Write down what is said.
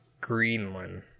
Greenland